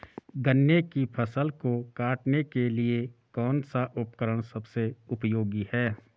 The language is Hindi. गन्ने की फसल को काटने के लिए कौन सा उपकरण सबसे उपयोगी है?